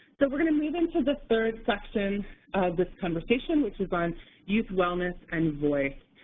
so we're going to move into the third section this conversation, which is on youth wellness and voice.